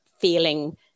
feeling